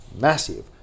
massive